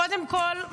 קודם כול,